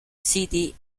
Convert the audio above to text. city